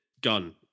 gun